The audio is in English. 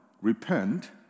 repent